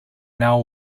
now